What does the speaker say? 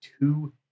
two